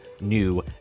new